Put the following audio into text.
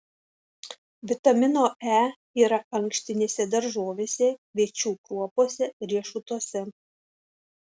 vitamino e yra ankštinėse daržovėse kviečių kruopose riešutuose